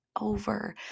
over